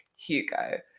Hugo